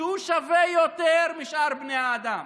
שהוא שווה יותר משאר בני האדם.